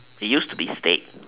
it used to be steak